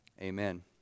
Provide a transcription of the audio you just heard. Amen